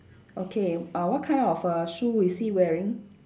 okay uh what kind of err shoe is he wearing